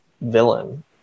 villain